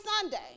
Sunday